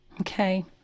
Okay